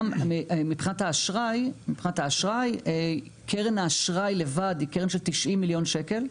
מבחינת האשראי קרן האשראי לבד היא קרן של 90 מיליון שקל,